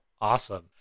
awesome